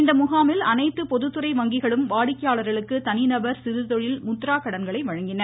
இம்முகாமில் அனைத்து பொதுத்துறை வங்கிகளும் வாடிக்கையாளர்களுக்கு தனிநபர் சிறுதொழில் முத்ரா கடன்களை வழங்கின